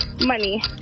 Money